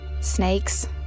Snakes